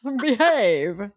Behave